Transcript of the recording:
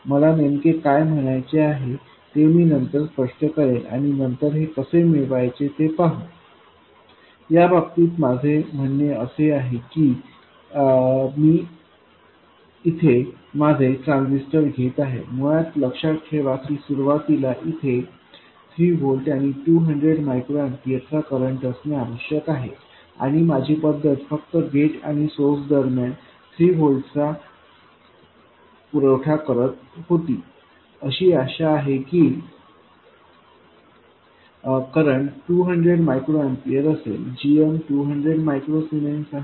मला नेमके काय म्हणायचे आहे ते मी नंतर स्पष्ट करेन आणि नंतर हे कसे मिळवायचे ते पाहू या बाबतीत माझे म्हणणे असे आहे की इथे मी माझे ट्रान्झिस्टर घेत आहे मुळात लक्षात ठेवा की सुरुवातीला इथे 3 व्होल्ट आणि 200 मायक्रो एम्पीयर चा करंट असणे आवश्यक होते आणि माझी पद्धत फक्त गेट आणि सोर्स दरम्यान 3 व्होल्ट चा पुरवठा करीत होती अशी आशा आहे की करंट 200 मायक्रो एम्पीयर असेल gm 200 मायक्रो सिमेन्स आहे